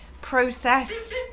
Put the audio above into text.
processed